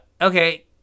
Okay